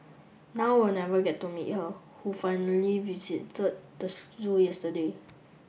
now we'll never get to meet her who finally visited the zoo yesterday